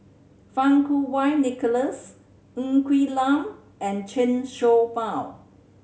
Fang Kuo Wei Nicholas Ng Quee Lam and Chen Show Mao